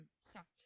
sucked